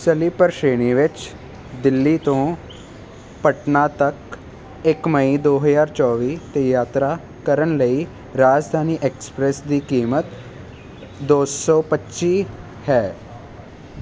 sleeper ਸ਼੍ਰੇਣੀ ਵਿੱਚ ਦਿੱਲੀ ਤੋਂ ਪਟਨਾ ਤੱਕ ਇੱਕ ਮਈ ਦੋ ਹਜ਼ਾਰ ਚੋਵੀ 'ਤੇ ਯਾਤਰਾ ਕਰਨ ਲਈ ਰਾਜਧਾਨੀ ਐਕਸਪ੍ਰੈਸ ਦੀ ਕੀਮਤ ਦੋ ਸੋ ਪੱਚੀ ਹੈ